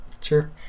Sure